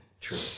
True